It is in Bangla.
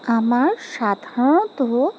আমার সাধারণত